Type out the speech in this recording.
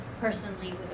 personally